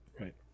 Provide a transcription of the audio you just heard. Right